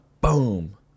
Boom